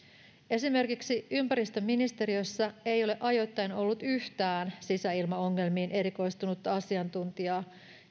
esimerkiksi ympäristöministeriössä ei ole ajoittain ollut yhtään sisäilmaongelmiin erikoistunutta asiantuntijaa